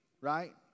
Right